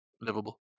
livable